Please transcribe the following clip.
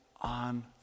on